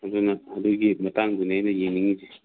ꯑꯗꯨꯅ ꯑꯗꯨꯒꯤ ꯃꯇꯥꯡꯗꯨꯅꯦ ꯑꯩꯅ ꯌꯦꯡꯅꯤꯡꯏꯁꯦ